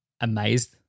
amazed